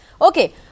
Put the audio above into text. Okay